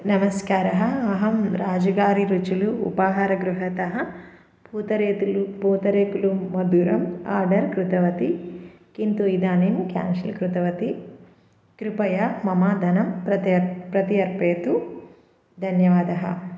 नमस्कारः अहं राजुगारि रुचुलु उपाहारगृहतः पूतरेतुलु पूतरेकुलु मधुरम् आर्डर् कृतवती किन्तु इदानीं कान्शल् कृतवती कृपया मम धनं प्रति प्रत्यर्पयतु धन्यवादः